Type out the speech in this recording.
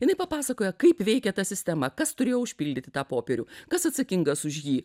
jinai papasakoja kaip veikė ta sistema kas turėjo užpildyti tą popierių kas atsakingas už jį